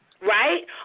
right